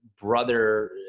Brother